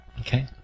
Okay